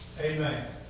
Amen